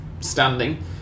standing